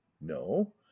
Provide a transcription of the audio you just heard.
No